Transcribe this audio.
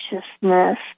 consciousness